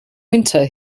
winter